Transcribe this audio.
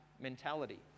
mentality